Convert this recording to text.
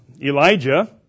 Elijah